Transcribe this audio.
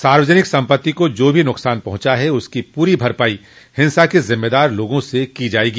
सार्वजनिक सम्पत्ति को जो भी न्कसान पहुंचा है उसकी पूरी भरपाई हिंसा के जिम्मेदार लोगों से की जायेगी